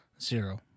Zero